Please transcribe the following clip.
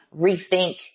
rethink